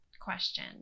question